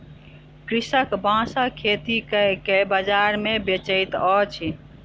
कृषक बांसक खेती कय के बाजार मे बेचैत अछि